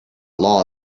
law